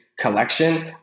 Collection